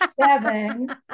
seven